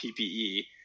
PPE